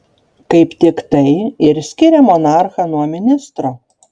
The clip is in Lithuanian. kaip tik tai ir skiria monarchą nuo ministro